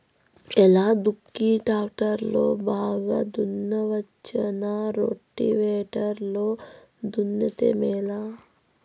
ఎలా దుక్కి టాక్టర్ లో బాగా దున్నవచ్చునా రోటివేటర్ లో దున్నితే మేలా?